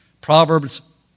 Proverbs